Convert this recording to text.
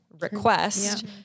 request